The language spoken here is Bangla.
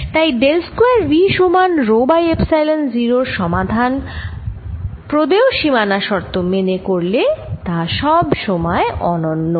তাই ডেল স্কয়ার V সমান রো বাই এপসাইলন 0 এর সমাধান প্রদেয় সীমানা শর্ত মেনে করলে তা সব সময় অনন্য